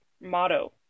motto